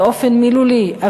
באופן מילולי,